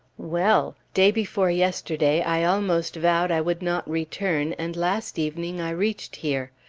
well! day before yesterday, i almost vowed i would not return, and last evening i reached here.